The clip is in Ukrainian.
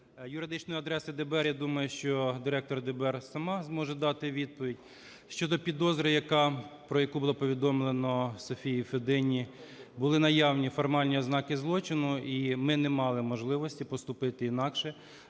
юридичної адреси ДБР, я думаю, що Директор ДБР сама зможе дати відповідь. Щодо підозри, про яку було повідомлено Софії Федині, були наявні формальні ознаки злочину. І ми не мали можливості поступити інакше,